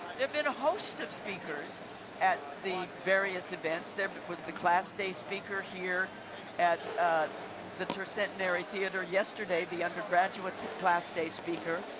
been a host of speakers at the various events, there was the class day speaker here at the tercentenary theatre yesterday, the undergraduate's class day speaker,